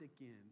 again